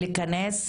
לכנס,